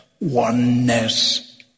oneness